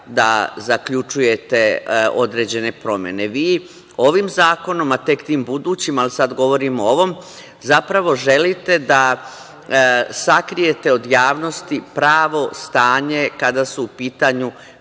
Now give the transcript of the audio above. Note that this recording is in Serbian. da zaključujete određene promene. Vi ovim zakonom, a tek tim budućim, ali sada govorim o ovom, zapravo želite da sakrijete od javnosti pravo stanje kada su u pitanju